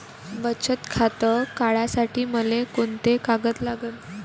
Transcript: बचत खातं काढासाठी मले कोंते कागद लागन?